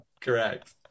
Correct